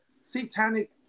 satanic